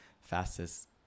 fastest